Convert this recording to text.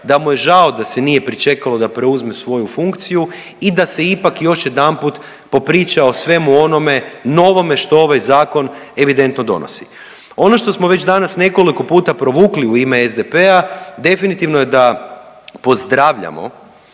da mu je žao da se nije pričekalo da preuzme svoju funkciju i da se ipak još jedanput popriča o svemu onome novome što ovaj zakon evidentno donosi. Ono što smo već danas nekoliko puta provukli u ime SDP-a, definitivno je da pozdravljamo